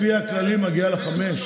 לפי הכללים מגיעים לך חמישה,